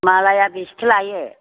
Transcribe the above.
मालाया बेसेथो लायो